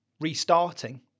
restarting